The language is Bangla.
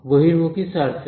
বহির্মুখী সারফেস